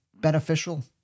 beneficial